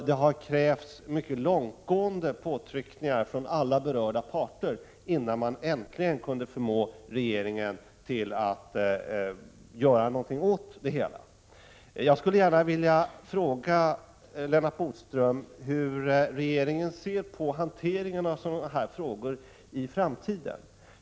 Det har krävts mycket 31 långtgående påtryckningar från alla berörda parter innan man äntligen kunde förmå regeringen att göra någonting åt det hela. Jag skulle gärna vilja fråga Lennart Bodström hur regeringen ser på hanteringen av liknande frågor i framtiden.